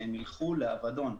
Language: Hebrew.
שהם ילכו לאבדון,